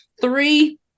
Three